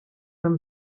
from